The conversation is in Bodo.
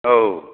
औ